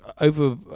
over